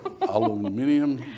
Aluminium